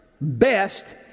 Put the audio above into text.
best